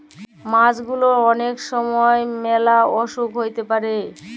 মাছ গুলার অলেক ছময় ম্যালা অসুখ হ্যইতে পারে